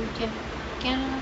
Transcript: can can